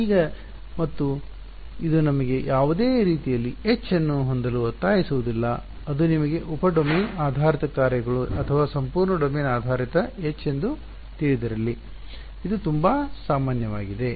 ಈಗ ಮತ್ತು ಇದು ನಿಮಗೆ ಯಾವುದೇ ರೀತಿಯಲ್ಲಿ H ಅನ್ನು ಹೊಂದಲು ಒತ್ತಾಯಿಸುವುದಿಲ್ಲ ಅದು ನಿಮಗೆ ಉಪ ಡೊಮೇನ್ ಆಧಾರಿತ ಕಾರ್ಯಗಳು ಅಥವಾ ಸಂಪೂರ್ಣ ಡೊಮೇನ್ ಆಧಾರ H ಎಂದು ತಿಳಿದಿರಲಿ ಅದು ತುಂಬಾ ಸಾಮಾನ್ಯವಾಗಿದೆ